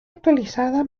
actualizada